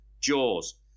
Jaws